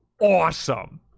awesome